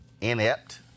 inept